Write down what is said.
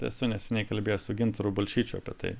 esu neseniai kalbėjęs su gintaru balčyčiu apie tai